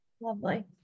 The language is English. Lovely